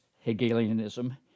Hegelianism